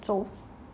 so